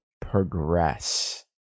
progress